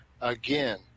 again